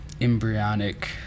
embryonic